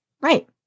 Right